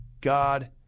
God